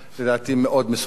לדעתי מאוד מסוכן.